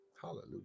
hallelujah